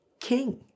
king